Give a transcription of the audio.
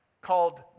called